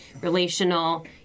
relational